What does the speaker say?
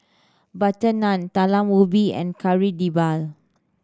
butter naan Talam Ubi and Kari Debal